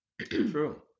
True